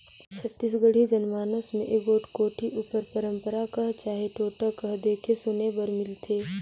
छत्तीसगढ़ी जनमानस मे एगोट कोठी उपर पंरपरा कह चहे टोटका कह देखे सुने बर मिलथे